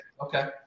okay